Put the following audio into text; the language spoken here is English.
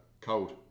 cold